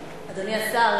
אדוני השר,